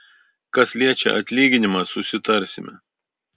kas liečia atlyginimą susitarsime